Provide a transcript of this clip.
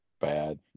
bad